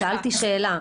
שאלתי שאלה.